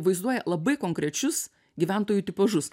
vaizduoja labai konkrečius gyventojų tipažus